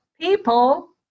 people